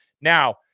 Now